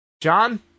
John